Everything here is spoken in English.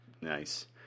nice